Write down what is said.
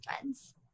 friends